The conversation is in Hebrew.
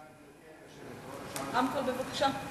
בבקשה.